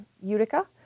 Utica